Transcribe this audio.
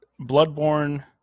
Bloodborne